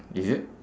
is it